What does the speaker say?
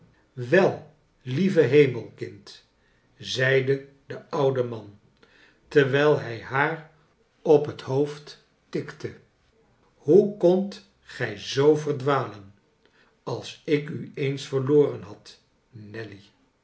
wel lieve hemel kind zeide de oude man terwijl hij haar op het hoofd tikte hoe kondt gij zoo verdwalen als ik u eens verloren had nelly